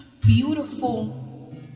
beautiful